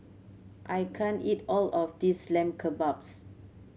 I can't eat all of this Lamb Kebabs